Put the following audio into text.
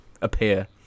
appear